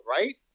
right